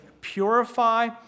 purify